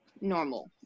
normal